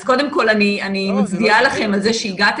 אז קודם כל אני מצדיעה לכם על זה שהגעתם